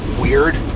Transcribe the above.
weird